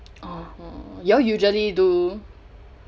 oh you all usually do